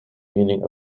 meaning